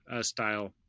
style